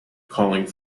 calling